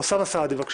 אוסאמה סעדי, בבקשה.